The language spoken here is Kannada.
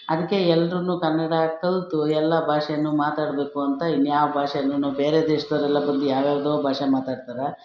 ಅದಕ್ಕೆ ಎಲ್ರೂ ಕನ್ನಡ ಕಲಿತು ಎಲ್ಲ ಭಾಷೆನೂ ಮಾತಾಡಬೇಕು ಅಂತ ಇನ್ಯಾವ ಭಾಷೆನು ಬೇರೆ ದೇಶದವ್ರೆಲ್ಲ ಬಂದು ಯಾವ್ಯಾವ್ದೋ ಭಾಷೆ ಮಾತಾಡ್ತಾರೆ